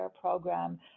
program